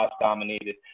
dominated